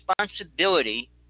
Responsibility